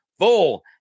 Full